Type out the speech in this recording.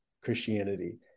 Christianity